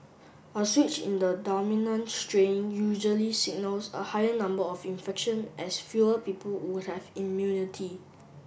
a switch in the dominant strain usually signals a higher number of infection as fewer people would have immunity